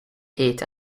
hit